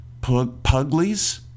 Puglies